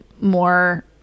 more